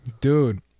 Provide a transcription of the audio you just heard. Dude